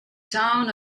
town